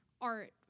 art